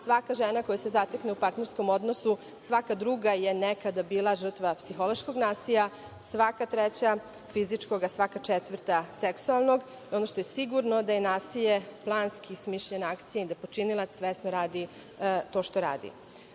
svaka žena koja se zatekne u partnerskom odnosu, svaka druga je nekada bila žrtva psihološkog nasilja, svaka treća fizičkog, a svaka četvrta seksualnog. Ono što je sigurno da je nasilje planski smišljena akcija i da počinilac svesno radi to što